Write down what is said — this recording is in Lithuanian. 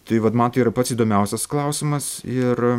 tai vat man tai yra pats įdomiausias klausimas ir